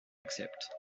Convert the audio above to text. accept